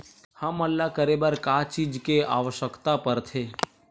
हमन ला करे बर का चीज के आवश्कता परथे?